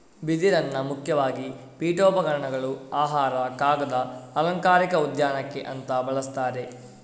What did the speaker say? ಬಿದಿರನ್ನ ಮುಖ್ಯವಾಗಿ ಪೀಠೋಪಕರಣಗಳು, ಆಹಾರ, ಕಾಗದ, ಅಲಂಕಾರಿಕ ಉದ್ಯಾನಕ್ಕೆ ಅಂತ ಬಳಸ್ತಾರೆ